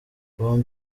bobi